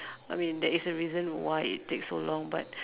I mean there is a reason why it takes so long but